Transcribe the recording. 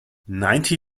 ninety